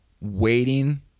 waiting